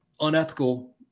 unethical